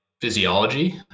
physiology